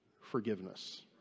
forgiveness